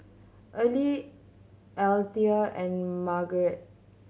Earlie Althea and Margeret